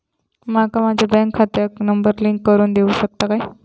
माका माझ्या बँक खात्याक नंबर लिंक करून देऊ शकता काय?